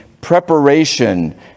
preparation